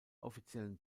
offiziellen